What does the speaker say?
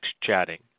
chatting